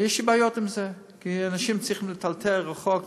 ויש לי בעיות עם זה כי אנשים צריכים להיטלטל רחוק.